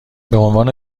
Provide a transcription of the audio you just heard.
بعنوان